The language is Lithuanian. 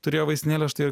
turėjo vaistinėlę štai